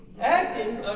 acting